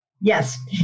Yes